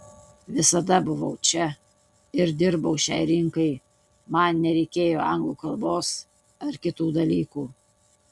visada buvau čia ir dirbau šiai rinkai man nereikėjo anglų kalbos ar kitų dalykų